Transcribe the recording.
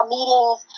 meetings